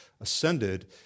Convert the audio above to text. ascended